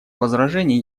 возражений